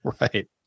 Right